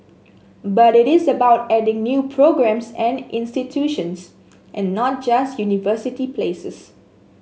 but it is about adding new programmes and institutions and not just university places